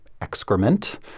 excrement